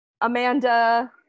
Amanda